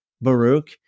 Baruch